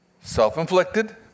Self-inflicted